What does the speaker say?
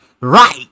right